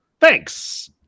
thanks